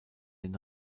den